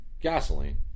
gasoline